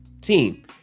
team